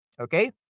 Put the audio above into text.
Okay